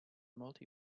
multi